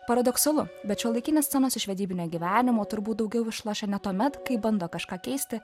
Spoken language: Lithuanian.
paradoksalu bet šiuolaikinės scenos iš vedybinio gyvenimo turbūt daugiau išlošia ne tuomet kai bando kažką keisti